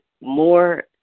more